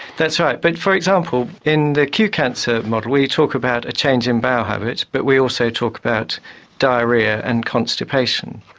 that's right. but, for example, in the qcancer model we talk about a change in bowel habits, but we also talk about diarrhoea and constipation.